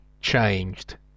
changed